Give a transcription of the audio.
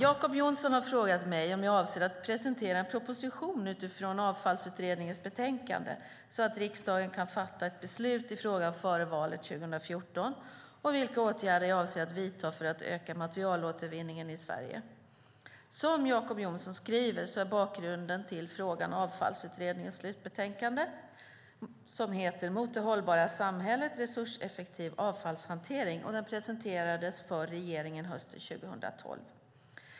Jacob Johnson har frågat mig om jag avser att presentera en proposition utifrån Avfallsutredningens betänkande så att riksdagen kan fatta ett beslut i frågan före valet 2014 och vilka åtgärder jag avser att vidta för att öka materialåtervinningen i Sverige. Som Jacob Johnson skriver är bakgrunden till frågan Avfallsutredningens slutbetänkande som heter Mot det hållbara samhället - resurseffektiv avfallshantering och den presenterades för regeringen hösten 2012.